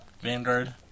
Vanguard